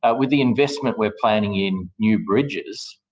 ah with the investment we're planning in new bridges,